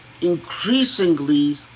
increasingly